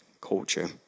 culture